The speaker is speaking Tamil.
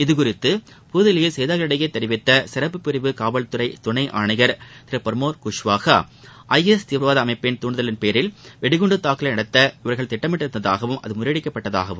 இதுகுறித்து புதுதில்லியில் செய்தியாளர்களிடம் தெரிவித்த சிறப்பு பிரிவு காவல் துறை துணை ஆணையர் திரு பிரமோத் குஷ்வாஹா ஜஎஸ் தீவிரவாத அமைப்பில் தூண்டுதலின் பேரில் வெடிகுண்டு தாக்குதலை நடத்த இவர்கள் திட்டமிட்டிருந்ததாகவும் அது முறியடிக்கப்பட்டுவிட்டதாகவும் கூறினார்